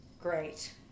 great